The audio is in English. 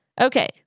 Okay